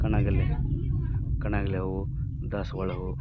ಕಣಗಿಲೆ ಕಣಗಿಲೆ ಹೂವು ದಾಸವಾಳ ಹೂ